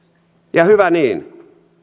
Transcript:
ja hyvä niin